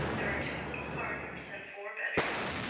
there are two little parlors and four bedrooms.